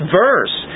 verse